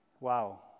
Wow